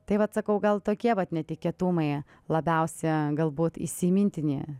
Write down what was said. tai vat sakau gal tokie vat netikėtumai labiausia galbūt įsimintini